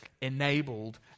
enabled